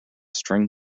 string